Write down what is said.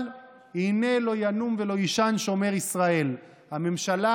אבל הינה לא ינום ולא יישן שומר ישראל: הממשלה,